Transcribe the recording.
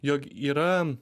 jog yra